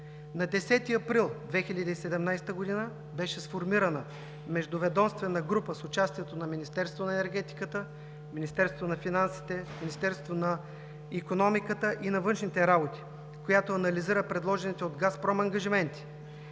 На 10 април 2017 г. беше сформирана Междуведомствена група с участието на Министерството на енергетиката, Министерството на финансите, Министерството на икономиката и на Външните работи, която анализира предложените от „Газпром“ ангажименти.